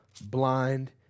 blind